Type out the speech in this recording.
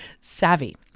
savvy